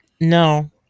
No